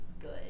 good